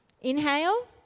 inhale